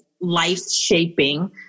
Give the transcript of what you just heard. life-shaping